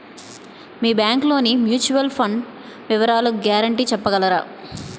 మీ bank లోని mutual fund వివరాల guarantee చెప్పగలరా?